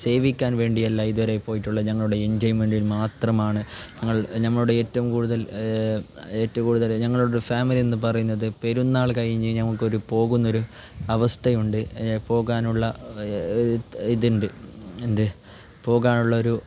സേവിക്കാൻ വേണ്ടിയല്ല ഇതുവരെ പോയിട്ടുള്ളത് നമ്മളുടെ എൻജോയ്മെൻറ്റിന് മാത്രമാണ് ഞങ്ങൾ ഞങ്ങളുടെ ഏറ്റവും കൂടുതൽ ഏറ്റവും കൂടുതൽ ഞങ്ങൾ ഒരു ഫാമിലി എന്നു പറയുന്നത് പെരുന്നാൾ കഴിഞ്ഞ് നമുക്കൊരു പോകുന്നൊരു അവസ്ഥയുണ്ട് പോകാനുള്ള ഇത് ഉണ്ട് എന്ത് പോകാനുള്ള ഒരു